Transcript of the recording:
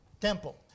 temple